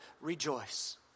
rejoice